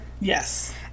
Yes